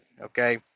okay